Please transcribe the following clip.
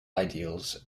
ideals